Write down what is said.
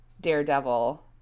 Daredevil